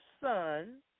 son